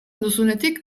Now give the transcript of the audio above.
duzunetik